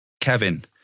Kevin